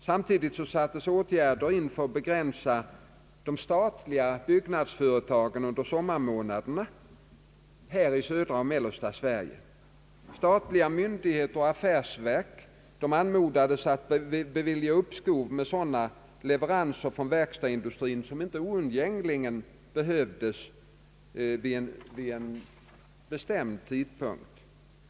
Samtidigt sattes åtgärder in för att begränsa den statliga byggnadsverksamheten under sommarmånaderna här i södra och mellersta Sverige. Statliga myndigheter och affärsverk anmodades att bevilja uppskov med sådana leveranser från verkstadsindustrin som inte oundgängligen behövdes vid en bestämd tidpunkt.